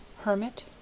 hermit